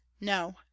no